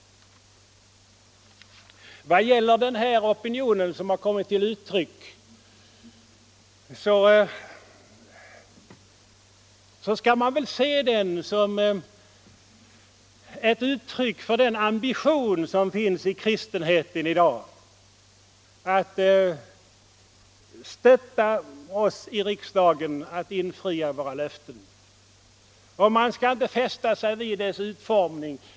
Opinion som kommit till uttryck i dagens ärende kan väl ses som uttryck för ambitionen att än mera bistå de hungrande och animera oss i riksdagen att infria våra löften till de fattiga folken. Man skall inte fästa sig vid dess utformning.